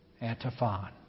Antiphon